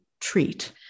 treat